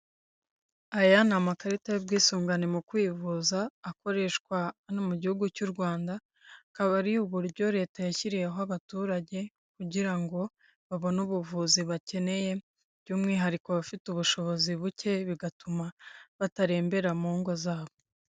Aya ni amakarita y'ubwisungane mu kwivuza akoreshwa hano mu gihugu cy'u rwanda, akaba ari uburyo leta yashyiriyeho abaturage kugira ngo babone ubuvuzi bakeneye by'umwihariko abafite ubushobozi buke, bigatuma batarembera mu ingo zabo.